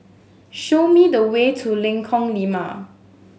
show me the way to Lengkong Lima